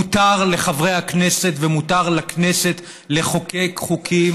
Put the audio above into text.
מותר לחברי הכנסת ומותר לכנסת לחוקק חוקים